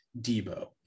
Debo